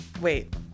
wait